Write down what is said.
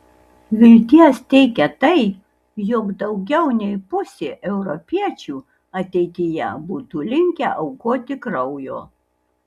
vilties teikia tai jog daugiau nei pusė europiečių ateityje būtų linkę aukoti kraujo